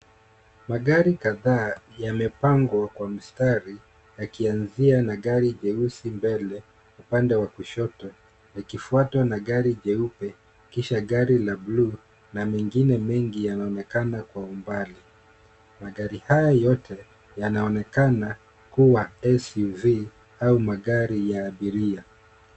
Magari kadhaa yamepangwa kwa mstari yakianzia na gari jeusi mbele upande wa kushoto, likifuatwa na gari jeupe, kisha gari la bluu na mingine mengi yanaonekana kwa umbali. Magari haya yote yanaonekana kuwa SUV au magari ya abiria.